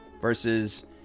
Versus